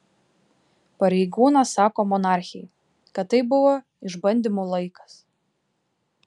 pareigūnas sako monarchei kad tai buvo išbandymų laikas